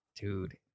dude